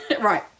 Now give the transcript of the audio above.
right